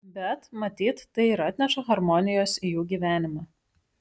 bet matyt tai ir atneša harmonijos į jų gyvenimą